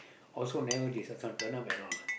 also never this one turn turn up at all ah